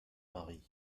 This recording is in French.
maris